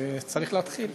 צריך להתחיל.